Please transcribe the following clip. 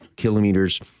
Kilometers